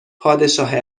پادشاه